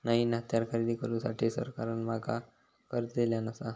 नईन हत्यारा खरेदी करुसाठी सरकारान माका कर्ज दिल्यानं आसा